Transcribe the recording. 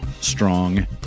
strong